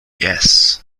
yes